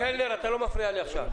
שאתה לא יכול להסתמך על מידע שאין